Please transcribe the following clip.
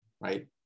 right